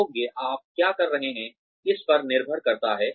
योग्य आप क्या कर रहे हैं इस पर निर्भर करता है